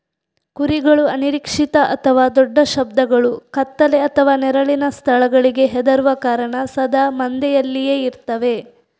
ಕುರಿಗಳು ಅನಿರೀಕ್ಷಿತ ಅಥವಾ ದೊಡ್ಡ ಶಬ್ದಗಳು, ಕತ್ತಲೆ ಅಥವಾ ನೆರಳಿನ ಸ್ಥಳಗಳಿಗೆ ಹೆದರುವ ಕಾರಣ ಸದಾ ಮಂದೆಯಲ್ಲಿಯೇ ಇರ್ತವೆ